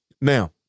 now